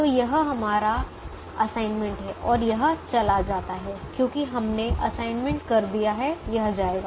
तो यह हमारा असाइनमेंट है और यह चला जाता है क्योंकि हमने असाइनमेंट कर दिया है यह जाएगा